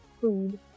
food